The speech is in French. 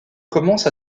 commence